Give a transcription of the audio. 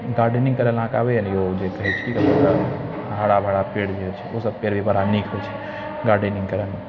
gardening करल अहाँके आबै यऽ ने यौ ओ जे छै की कहै छै हरा भरा पेड़ जे छै ओ सब पेड़ बड़ा नीक होय छै गार्डनिंग करऽमे